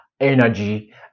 energy